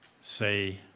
say